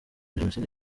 jenoside